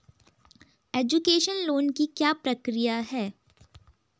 Education loan की क्या प्रक्रिया है?